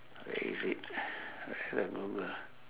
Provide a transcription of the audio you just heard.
where is it where the google